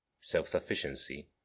self-sufficiency